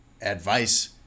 advice